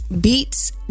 beats